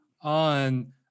on